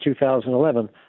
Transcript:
2011